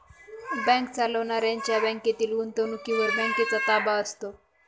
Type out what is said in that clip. bank चालवणाऱ्यांच्या बँकेतील गुंतवणुकीवर बँकेचा ताबा असतो